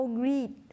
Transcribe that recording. greed